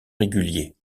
régulier